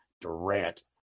Durant